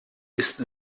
ist